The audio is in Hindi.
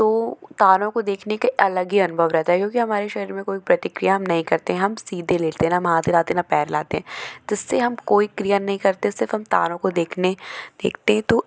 तो तारों को देखने के अलग ही अनुभव रहता है क्योंकि हमारे शरीर में कोई प्रतिक्रिया हम नहीं करते हैं हम सीधे लेटते हैं ना हम हाथ हिलाते ना पैर हिलाते हैं जिससे हम कोई क्रिया नहीं करते सिर्फ हम तारों को देखने देखते हैं तो